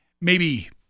maybe-